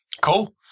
Cool